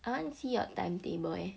I want see your timetable leh